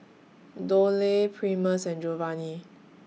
Doyle Primus and Jovanny